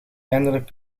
eindelijk